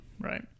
Right